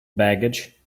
baggage